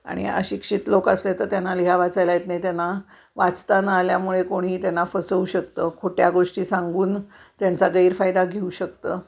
आणि अशिक्षित लोक असले तर त्यांना लिहा वाचायला येत नाही त्यांना वाचता न आल्यामुळे कोणी त्यांना फसवू शकतं खोट्या गोष्टी सांगून त्यांचा गैरफायदा घेऊ शकतं